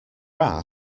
are